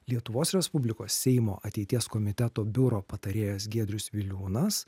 lietuvos respublikos seimo ateities komiteto biuro patarėjas giedrius viliūnas